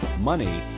money